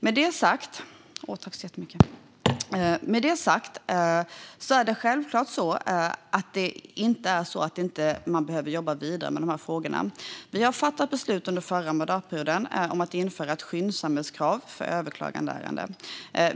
Med det sagt är det självklart inte så att man inte behöver jobba vidare med frågorna. Vi fattade under förra mandatperioden beslut om att införa ett skyndsamhetskrav för överklagandeärenden.